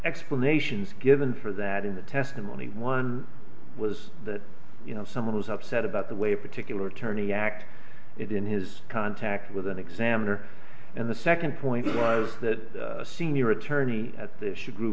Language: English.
explanations given for that in the testimony one was that you know someone was upset about the way a particular attorney act it in his contact with an examiner and the second point was that a senior attorney at this you grew